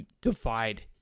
divide